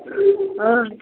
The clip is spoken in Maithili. ओ